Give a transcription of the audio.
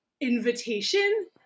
invitation